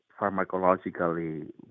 pharmacologically